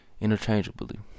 interchangeably